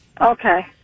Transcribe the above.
Okay